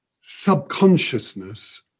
subconsciousness